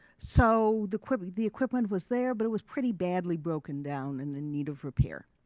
so the equip, the equipment was there but it was pretty badly broken down and in need of repair.